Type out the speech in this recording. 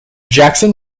jackson